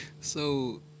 so-